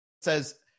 says